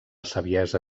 saviesa